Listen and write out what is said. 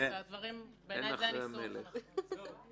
בעיניי זה הניסוח הנכון.